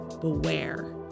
beware